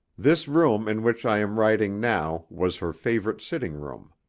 this room in which i am writing now was her favourite sitting-room.